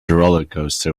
rollercoaster